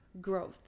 growth